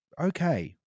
okay